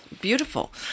Beautiful